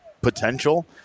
potential